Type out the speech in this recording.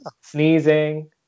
sneezing